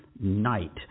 night